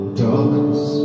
darkness